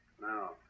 No